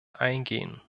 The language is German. eingehen